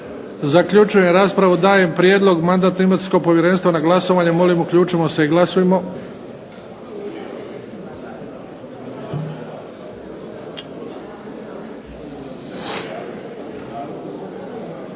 Zaključujem raspravu. Dajem prijedlog Mandatno-imunitetnog povjerenstva na glasovanje. Molim uključimo se i glasujmo.